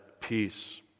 peace